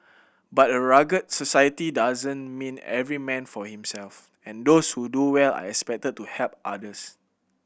but a rugged society doesn't mean every man for himself and those who do well are expected to help others